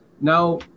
now